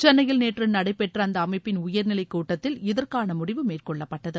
சென்னையில் நேற்று நடைபெற்ற அந்த அமைப்பின் உயர்நிலை கூட்டத்தில் இதற்கான முடிவு மேற்கொள்ளப்பட்டது